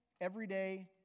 everyday